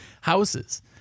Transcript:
houses